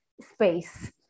space